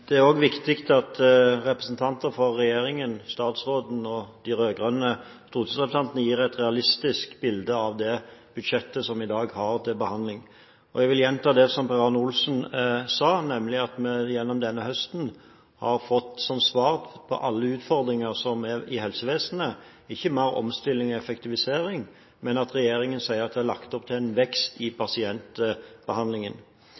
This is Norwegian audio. Det er også viktig at representanter fra regjeringen, statsråden og de rød-grønne stortingsrepresentantene gir et realistisk bilde av det budsjettet som vi i dag har til behandling. Jeg vil gjenta det som Per Arne Olsen sa, nemlig at vi gjennom denne høsten har fått som svar fra regjeringen – på alle utfordringer som er i helsevesenet – ikke mer omstilling og effektivisering, men at det er lagt opp til en vekst i